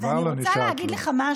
כבר לא נשאר כלום.